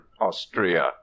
austria